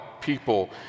people